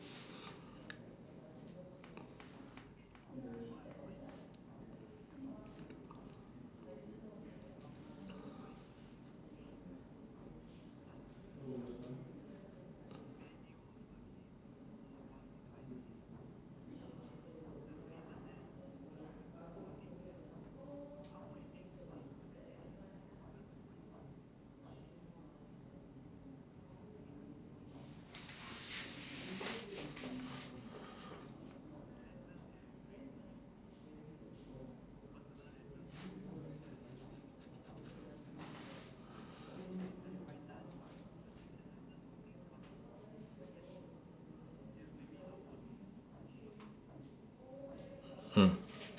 mm